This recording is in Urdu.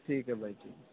ٹھیک ہے بھائی ٹھیک ہے